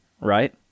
right